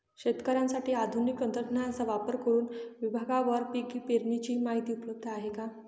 शेतकऱ्यांसाठी आधुनिक तंत्रज्ञानाचा वापर करुन विभागवार पीक पेरणीची माहिती उपलब्ध आहे का?